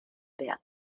wert